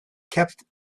kept